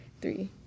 three